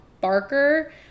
Barker